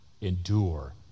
endure